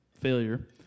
failure